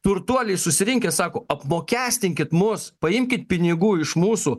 turtuoliai susirinkę sako apmokestinkit mus paimkit pinigų iš mūsų